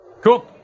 Cool